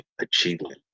achievement